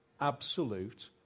absolute